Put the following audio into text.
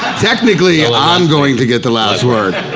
technically um i'm going to get the last word.